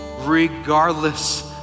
regardless